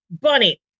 Bunny